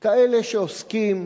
כאלה שעוסקים